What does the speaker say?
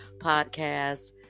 Podcast